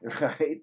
right